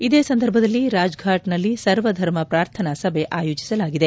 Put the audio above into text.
ಇದೇ ಸಂದರ್ಭದಲ್ಲಿ ರಾಜ್ಫಾಟ್ನಲ್ಲಿ ಸರ್ವಧರ್ಮ ಪ್ರಾರ್ಥನಾ ಸಭೆ ಆಯೋಜಿಸಲಾಗಿದೆ